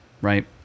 right